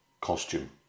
costume